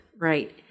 right